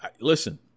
Listen